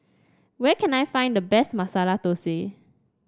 where can I find the best Masala Thosai